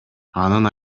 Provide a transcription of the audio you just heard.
анын